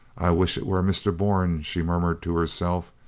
i wish it were mr. bourne, she murmured to her self,